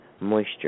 moisture